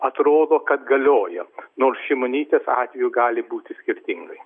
atrodo kad galiojo nors šimonytės atveju gali būti skirtingai